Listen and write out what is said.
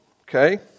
okay